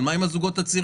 אבל מה עם הזוגות הצעירים,